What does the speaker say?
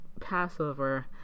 Passover